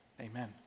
amen